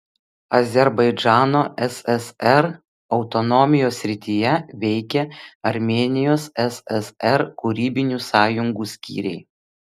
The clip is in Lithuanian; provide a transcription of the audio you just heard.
azerbaidžano ssr autonomijos srityje veikė armėnijos ssr kūrybinių sąjungų skyriai